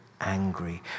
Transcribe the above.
angry